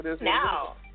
now